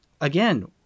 again